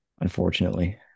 Unfortunately